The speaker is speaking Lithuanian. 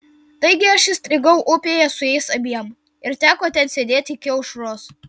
taigi aš įstrigau upėje su jais abiem ir teko ten sėdėti iki aušros